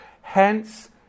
Hence